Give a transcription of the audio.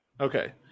Okay